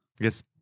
Yes